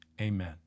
Amen